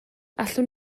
allwn